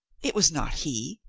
it was not he,